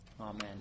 Amen